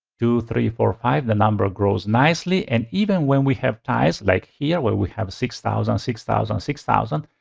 two, three, four, five, the number grows nicely. and even when we have ties like here where we have six thousand, six thousand, six thousand,